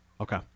Okay